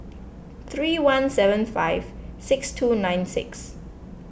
three one seven five six two nine six